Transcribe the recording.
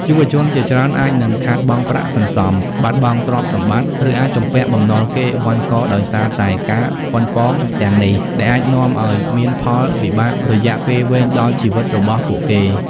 យុវជនជាច្រើនអាចនឹងខាតបង់ប្រាក់សន្សំ បាត់បង់ទ្រព្យសម្បត្តិ ឬអាចជំពាក់បំណុលគេវ័ណ្ឌកដោយសារតែការប៉ុនប៉ងទាំងនេះ ដែលអាចនាំឱ្យមានផលវិបាករយៈពេលវែងដល់ជីវិតរបស់ពួកគេ។